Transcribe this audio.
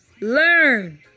Learn